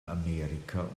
amerika